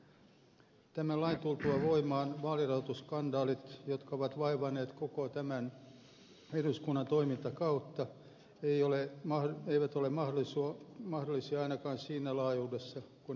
tämän lain tultua voimaan vaalirahoitusskandaalit jotka ovat vaivanneet koko tämän eduskunnan toimintakautta eivät ole mahdollisia ainakaan siinä laajuudessa kuin ne nyt on koettu